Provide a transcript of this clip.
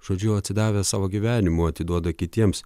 žodžiu atsidavę savo gyvenimu atiduoda kitiems